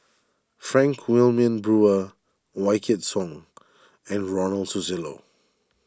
Frank Wilmin Brewer Wykidd Song and Ronald Susilo